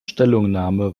stellungnahme